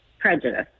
prejudice